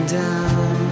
down